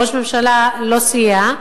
כראש ממשלה לא סייע.